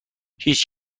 هیچ